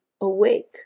awake